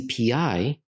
CPI